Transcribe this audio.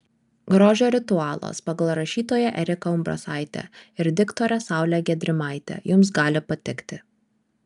grožio ritualas pagal rašytoją eriką umbrasaitę ir diktorę saulę gedrimaitę jums gali patikti